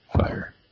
fire